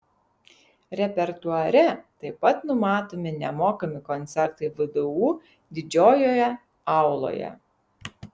repertuare taip pat numatomi nemokami koncertai vdu didžiojoje auloje